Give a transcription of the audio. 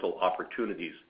opportunities